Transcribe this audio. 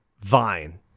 Vine